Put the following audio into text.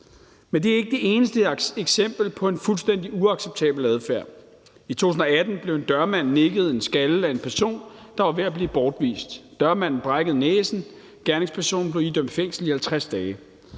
Men det er ikke det eneste eksempel på en fuldstændig uacceptabel adfærd. I 2018 blev en dørmand nikket en skalle af en person, der var ved at blive bortvist. Dørmanden brækkede næsen, og gerningspersonen blev idømt fængsel i 50 dage.